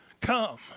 come